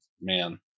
man